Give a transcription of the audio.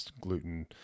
gluten